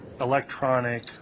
electronic